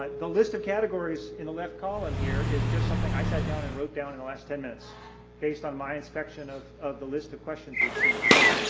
um the list of categories in the left column here is just something i sat down and wrote down in the last ten minutes based on my inspection of of the list of questions we'd seen today.